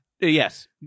Yes